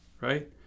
right